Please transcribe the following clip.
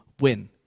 win